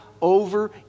over